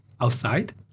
Outside